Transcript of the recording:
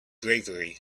bravery